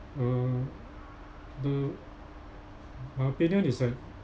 uh the my opinion is that